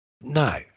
No